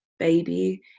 Baby